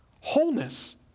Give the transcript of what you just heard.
wholeness